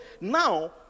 now